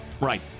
Right